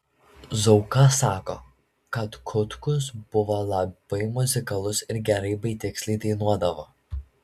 zauka sako kad kutkus buvo labai muzikalus ir gerai bei tiksliai dainuodavo